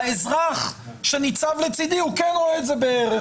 האזרח שניצב לצדי הוא כן רואה את זה כערך,